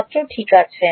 ছাত্র ঠিক আছে